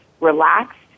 relaxed